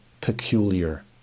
peculiar